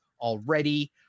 already